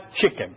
chicken